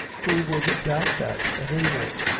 who would doubt that, at any rate?